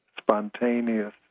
spontaneous